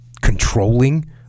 controlling